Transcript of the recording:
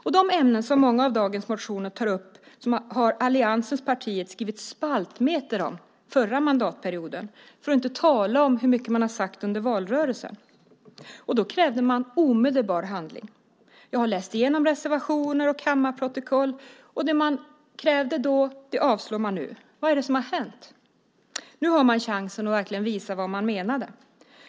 De ämnen som tas upp i många av dagens motioner har alliansens partier skrivit spaltmeter om under förra mandatperioden, för att inte tala om hur mycket man har sagt under valrörelsen. Då krävde man omedelbar handling. Jag har läst igenom reservationer och kammarprotokoll. Det man då krävde avslår man nu. Vad är det som har hänt? Nu har man chansen att verkligen visa vad man menade.